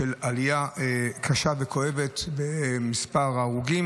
של עלייה קשה וכואבת במספר ההרוגים,